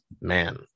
Man